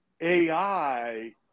AI